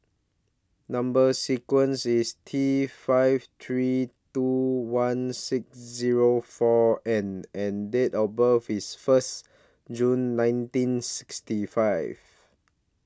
Number sequence IS T five three two one six Zero four N and Date of birth IS First June nineteen sixty five